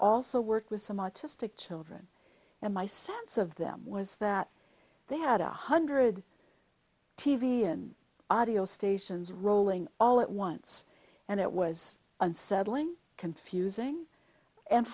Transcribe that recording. also worked with some autistic children and my sense of them was that they had one hundred t v and audio stations rolling all at once and it was unsettling confusing and